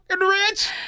rich